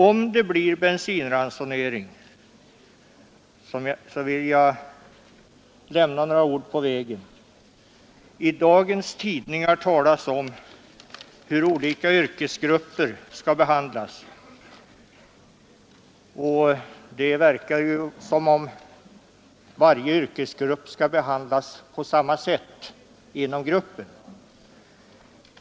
Om det blir bensinransonering vill jag lämna med några ord på vägen. I dagens tidningar talas om hur olika yrkesgrupper skall behandlas, och det verkar som om varje fordonsägare skall behandlas på samma sätt inom gruppen.